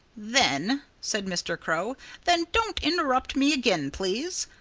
then said mr. crow then don't interrupt me again, please!